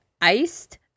Iced